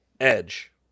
edge